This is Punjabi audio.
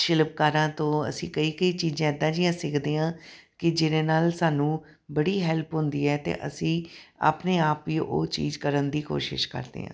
ਸ਼ਿਲਪਕਾਰਾਂ ਤੋਂ ਅਸੀਂ ਕਈ ਕਈ ਚੀਜ਼ਾਂ ਇੱਦਾਂ ਦੀਆਂ ਸਿੱਖਦੇ ਹਾਂ ਕਿ ਜਿਹਦੇ ਨਾਲ ਸਾਨੂੰ ਬੜੀ ਹੈਲਪ ਹੁੰਦੀ ਹੈ ਅਤੇ ਅਸੀਂ ਆਪਣੇ ਆਪ ਵੀ ਉਹ ਚੀਜ਼ ਕਰਨ ਦੀ ਕੋਸ਼ਿਸ਼ ਕਰਦੇ ਹਾਂ